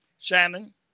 Shannon